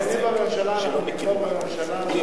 את הדיונים בממשלה אנחנו נסגור בממשלה.